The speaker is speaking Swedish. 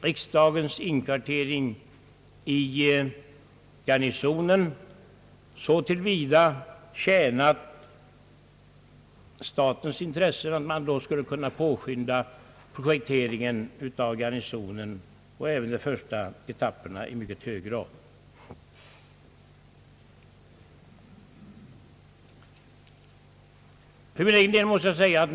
Riksdagens inkvartering i Garnisonen skulle då naturligtvis så till vida tjäna statens intressen att man då skulle kunna påskynda den första etappen av projekteringen av Garnisonen.